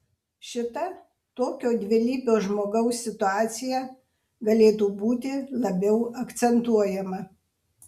šita tokio dvilypio žmogaus situacija galėtų būti labiau akcentuojama